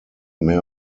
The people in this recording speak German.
mehr